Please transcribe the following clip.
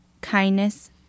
kindness